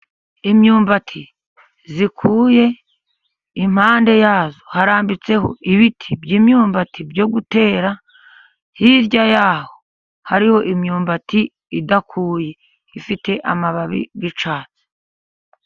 Imyumbati ikuye, impande yayo harambitseho ibiti by'imyumbati byo gutera. Hirya yaho hariho imyumbati idakuye ifite amababi y'icyatsi.